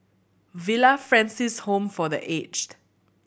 Villa Francis Home for The Aged